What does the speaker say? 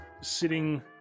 sitting